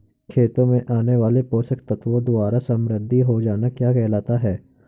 खेतों से आने वाले पोषक तत्वों द्वारा समृद्धि हो जाना क्या कहलाता है?